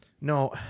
no